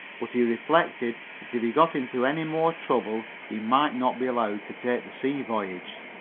but he reflected that if he got into any more trouble he might not be allowed to take the sea voyage.